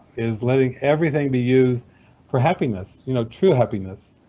is letting everything be used for happiness, you know, true happiness